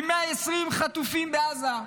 עם 120 חטופים בעזה,